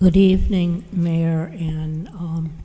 good evening mayor and